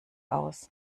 aus